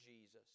Jesus